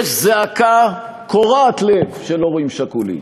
יש זעקה קורעת לב של הורים שכולים,